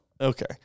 Okay